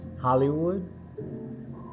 Hollywood